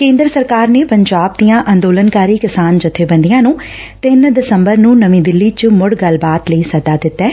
ਕੇਂਦਰ ਸਰਕਾਰ ਨੇ ਪੰਜਾਬ ਦੀਆਂ ਅੰਦੋਲਨਕਾਰੀ ਕਿਸਾਨ ਜੱਬੇਬੰਦੀਆਂ ਨੂੰ ਤਿੰਨ ਦਸੰਬਰ ਨੂੰ ਨਵੀਂ ਦਿੱਲੀ ਚ ਮੁੜ ਗੱਲਬਾਤ ਲਈ ਸੱਦਾ ਦਿੱਤੈ